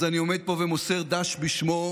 אז אני עומד פה ומוסר ד"ש בשמו.